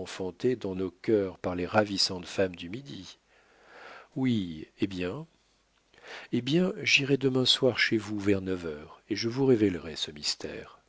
enfantées dans nos cœurs par les ravissantes femmes du midi oui hé bien hé bien j'irai demain soir chez vous vers neuf heures et je vous révélerai ce mystère